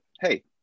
hey